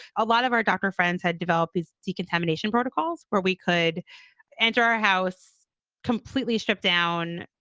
a lot of our doctor friends had developed these decontamination protocols where we could enter our house completely stripped down,